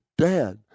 Dad